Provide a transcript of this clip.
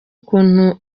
ukuntu